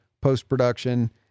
post-production